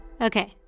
Okay